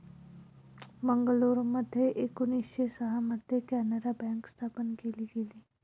मंगलोरमध्ये एकोणीसशे सहा मध्ये कॅनारा बँक स्थापन केली गेली